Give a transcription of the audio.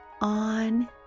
on